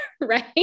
right